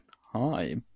Hi